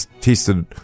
tested